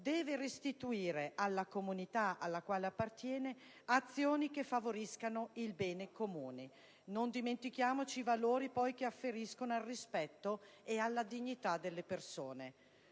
deve restituire alla comunità alla quale appartiene azioni che favoriscano il bene comune. Non dimentichiamoci i valori che afferiscono al rispetto ed alla dignità delle persone.